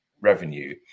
revenue